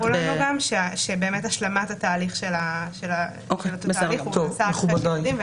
רשות האוכלוסין אמרה לנו שהשלמת התהליך נעשית אחרי שהם יורדים.